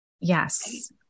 Yes